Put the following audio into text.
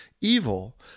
evil